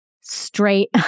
straight